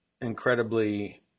incredibly